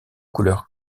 couleur